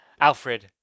Alfred